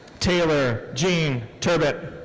taylor jean turbett.